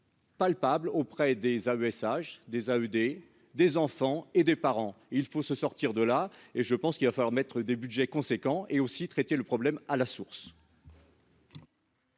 Palpable auprès des AESH des AUD des enfants et des parents, il faut se sortir de là et je pense qu'il va falloir mettre des Budgets conséquents et aussi traiter le problème à la source.